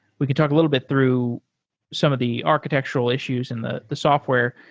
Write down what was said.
we can talk a little bit through some of the architectural issues and the the software.